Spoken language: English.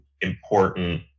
important